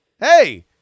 hey